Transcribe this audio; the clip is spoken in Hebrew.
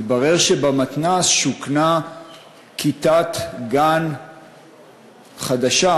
מתברר שבמתנ"ס שוכנה כיתת גן חדשה,